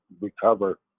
recover